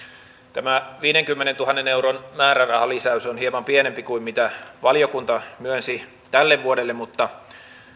tämä viidenkymmenentuhannen euron määrärahalisäys on hieman pienempi kuin mitä valiokunta myönsi tälle vuodelle mutta